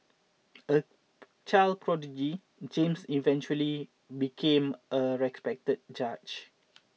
a child prodigy James eventually became a respected judge